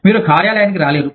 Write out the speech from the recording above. మీరు కార్యాలయానికి రాలేరు